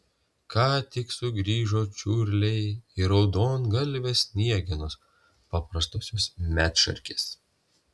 ką tik sugrįžo čiurliai ir raudongalvės sniegenos paprastosios medšarkės